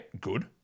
good